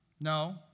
No